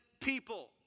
people